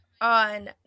on